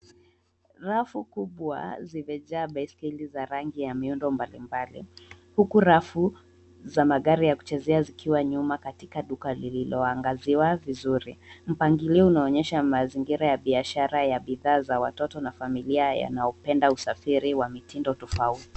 Rafu kubwa zimejaa baiskeli za rangi ya miundo mbalimbali huku rafu za magari ya kuchezea zikiwa nyuma katika duka lililoangaziwa vizuri. Mpangilio unaonyesha mazingira ya biashara ya bidhaa za watoto na familia yanayopenda usafiri wa mitindo tofauti.